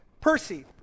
Percy